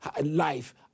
life